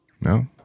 No